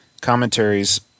commentaries